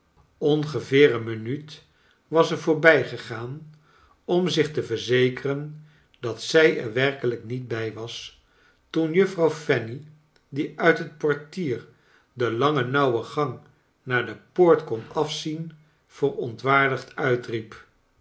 ongeveer een minuut was er voorbij gegaan om zich te verzekeren dat zij er werkelijk niet bij was toen juffrouw fanny die uit het portier de lange nauwe gang naar de poort kon afzien verontwaardigd uitriep